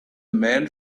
man